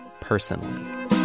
personally